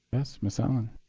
yes, ms. allen.